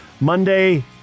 Monday